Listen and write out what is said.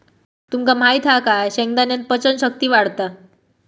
तुमका माहित हा काय शेंगदाण्यान पचन शक्ती वाढता